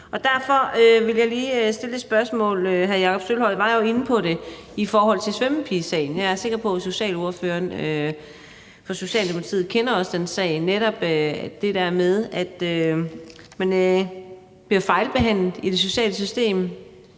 Derfor vil jeg lige stille et spørgsmål. Hr. Jakob Sølvhøj var jo inde på det med svømmepigesagen. Jeg er sikker på, at socialordføreren for Socialdemokratiet også kender den sag, netop det der med, at man bliver fejlbehandlet i det sociale system,